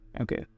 okay